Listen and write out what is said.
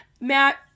Matt